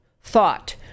thought